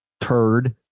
turd